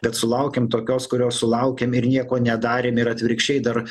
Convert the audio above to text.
bet sulaukėm tokios kurios sulaukėm ir nieko nedarėm ir atvirkščiai dar